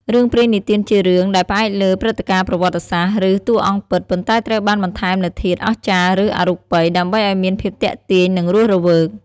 រឿងព្រេងនិទានជារឿងដែលផ្អែកលើ ព្រឹត្តិការណ៍ប្រវត្តិសាស្ត្រ ឬ តួអង្គពិត ប៉ុន្តែត្រូវបានបន្ថែមនូវធាតុ អស្ចារ្យ ឬ អរូបី ដើម្បីឲ្យមានភាពទាក់ទាញ និងរស់រវើក ។